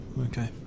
Okay